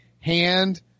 hand